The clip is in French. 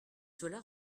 cela